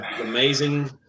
amazing